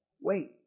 Wait